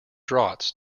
draughts